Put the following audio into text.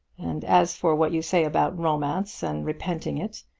and as for what you say about romance and repenting it,